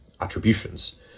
attributions